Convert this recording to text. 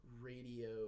radio